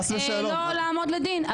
לא לעמוד לדין,